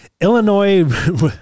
Illinois